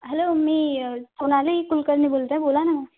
hello मी सोनाली कुलकर्णी बोलते आहे बोला ना मॅम